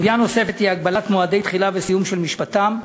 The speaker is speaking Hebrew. סוגיה נוספת היא הגבלת מועדי תחילה וסיום של משפטם.